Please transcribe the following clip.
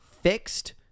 fixed